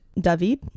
David